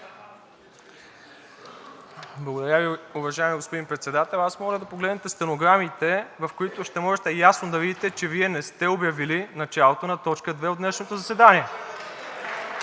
Благодаря Ви, уважаеми господин Председател. Аз моля да погледнете стенограмите, в които ще можете ясно да видите, че Вие не сте обявили началото на т. 2 от днешното заседание.